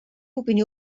opinió